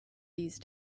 these